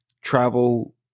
travel